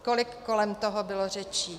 Kolik kolem toho bylo řečí.